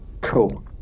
Cool